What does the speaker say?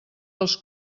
dels